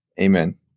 amen